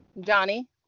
Johnny